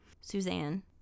suzanne